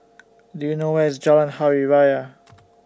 Do YOU know Where IS Jalan Hari Raya